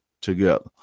together